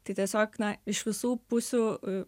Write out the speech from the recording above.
tai tiesiog na iš visų pusių